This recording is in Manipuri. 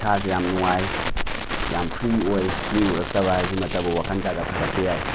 ꯏꯁꯥꯖꯨ ꯌꯥꯝ ꯅꯨꯡꯉꯥꯏ ꯌꯥꯝ ꯐ꯭ꯔꯤ ꯑꯣꯏ ꯃꯤ ꯎꯔꯛꯇꯕ ꯍꯥꯢꯖꯤꯃꯛꯇꯕꯨ ꯋꯥꯈꯟ ꯖꯥꯠ ꯖꯥꯠ ꯁꯥꯒꯠꯄ ꯌꯥꯏ